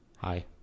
Hi